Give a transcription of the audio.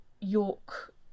york